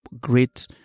great